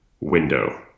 window